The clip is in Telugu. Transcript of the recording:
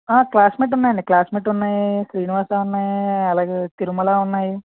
ఆ క్లాస్మేట్ ఉన్నాయండి క్లాస్మేట్ ఉన్నాయి శ్రీనివాస ఉన్నాయి అలాగే తిరుమల ఉన్నాయి